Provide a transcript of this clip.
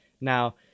Now